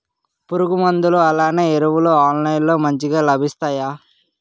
పురుగు మందులు అలానే ఎరువులు ఆన్లైన్ లో మంచిగా లభిస్తాయ?